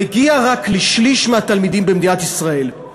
מגיע רק לשליש מהתלמידים במדינת ישראל.